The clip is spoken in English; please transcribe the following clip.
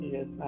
Yes